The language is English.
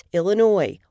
Illinois